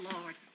Lord